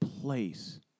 place